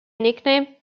nickname